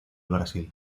brasil